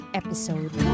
episode